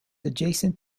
adjacent